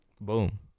Boom